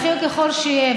בכיר ככל שיהיה,